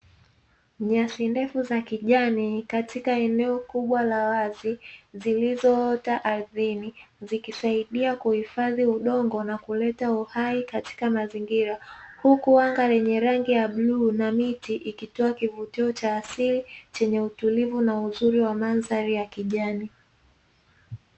Nyasi ndefu za kijani katika eneo kubwa la wazi, zilizoota ardhini zikisaidia kuhifadhi udongo na kuleta uhai katika mazingira, huku anga lenye rangi ya bluu na miti ikitoa kivutio cha asili chenye utulivu na uzuri wa mandhari ya kijani.